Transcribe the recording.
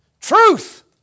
truth